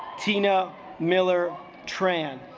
tina miller tran